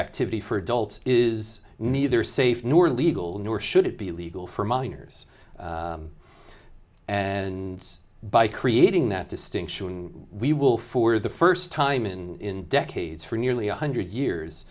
activity for adults is neither safe nor legal nor should it be legal for minors and by creating that distinction we will for the first time in decades for nearly one hundred years